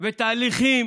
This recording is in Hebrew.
ותהליכים